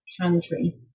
country